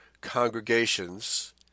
congregations